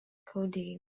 cody